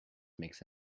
make